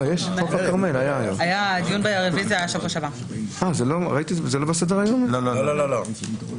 אז אנחנו מצביעים על שאר הסעיפים.